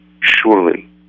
Surely